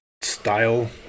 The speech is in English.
style